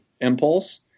impulse